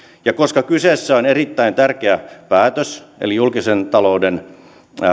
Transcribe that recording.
ja koska kyseessä on erittäin tärkeä päätös eli julkisen talouden